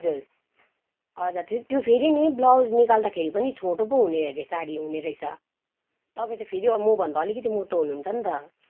हजुर हजुर त्यो फेरि नि ब्लाउज निकाल्दाखेरि पनि छोटो पो हुने हरे साडी हुनेरहेछ तपाईँ त फेरि मभन्दा अलिकति मोटो हुनुहुन्छ नि त